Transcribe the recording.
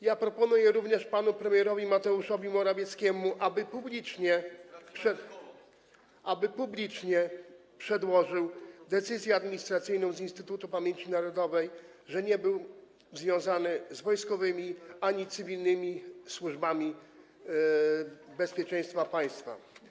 Ja proponuję również panu premierowi Mateuszowi Morawieckiemu, aby publicznie przedłożył decyzję administracyjną z Instytutu Pamięci Narodowej, że nie był związany z wojskowymi ani cywilnymi służbami bezpieczeństwa państwa.